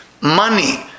money